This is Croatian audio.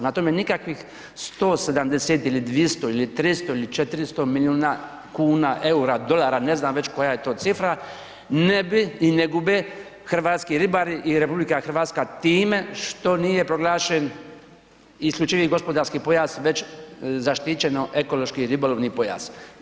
Prema tome nikakvih 170 ili 200 ili 300 ili 400 milijuna kuna, eura, dolara ne znam već koja je to cifra, ne bi i ne gube hrvatski ribari i RH time što nije proglašen isključivi gospodarski pojas već zaštićeno ekološko-ribolovni pojas.